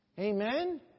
Amen